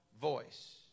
voice